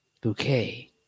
bouquet